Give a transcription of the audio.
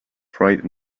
fright